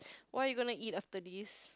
what are you gonna eat after this